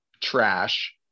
trash